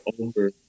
over